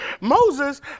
Moses